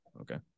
Okay